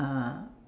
uh